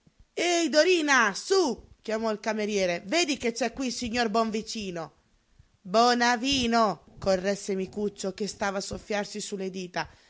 ehi dorina sú chiamò il cameriere vedi che c'è qui il signor bonvicino bonavino corresse micuccio che stava a soffiarsi su le dita